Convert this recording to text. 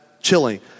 chilling